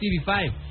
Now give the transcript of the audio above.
TV5